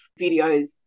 videos